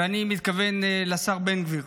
ואני מתכוון לשר בן גביר.